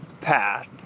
path